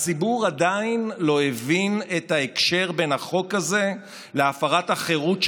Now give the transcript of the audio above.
הציבור עדיין לא הבין את ההקשר בין החוק הזה להפרת החירות שלו,